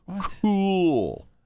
Cool